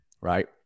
right